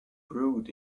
brewed